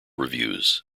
reviews